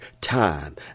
time